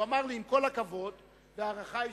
הוא אמר לי: עם כל הכבוד וההערכה האישית,